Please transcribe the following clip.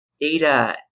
data